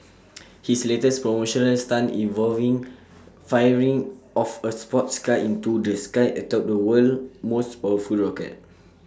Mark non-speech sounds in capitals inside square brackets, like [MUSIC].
[NOISE] his latest promotional stunt involving firing off A sports car into the sky atop the world's most powerful rocket